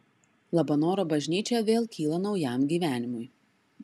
labanoro bažnyčia vėl kyla naujam gyvenimui